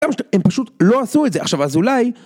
‫הם פשוט לא עשו את זה. ‫עכשיו, אז אולי...